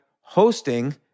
hosting